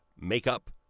makeup